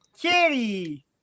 Kitty